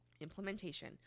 implementation